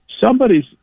Somebody's